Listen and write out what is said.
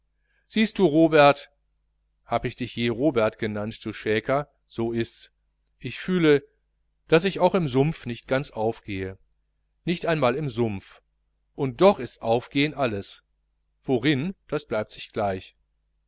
siehst du robert hab ich dich je robert genannt du schäker so ists ich fühle daß ich auch im sumpf nicht ganz aufgehe nein nicht einmal im sumpf und doch ist aufgehen alles worin das bleibt sich gleich